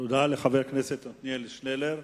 תודה לחבר הכנסת עתניאל שנלר.